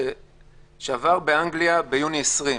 שעבר באנגליה ביוני 20',